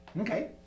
Okay